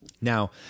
Now